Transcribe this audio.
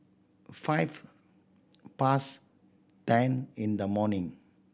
five past ten in the morning